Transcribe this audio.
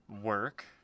work